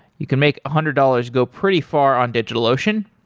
you can make a hundred dollars go pretty far on digitalocean.